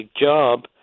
job